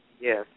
Yes